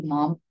Mom